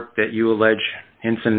work that you allege and